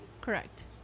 Correct